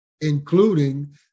including